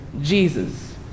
Jesus